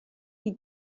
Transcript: die